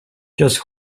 just